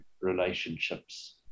relationships